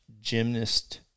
gymnast